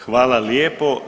Hvala lijepo.